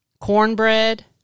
Cornbread